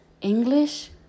English